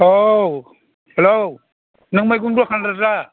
औ हेल' नों मैगं दखानदार दा